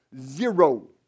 Zero